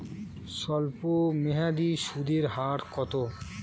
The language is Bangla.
স্বল্পমেয়াদী সুদের হার কত?